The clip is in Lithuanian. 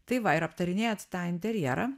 tai va ir aptarinėjant tą interjerą